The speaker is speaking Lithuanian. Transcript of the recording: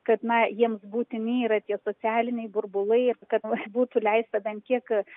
kad na jiems būtini yra tie socialiniai burbulai kad būtų leista bent kiek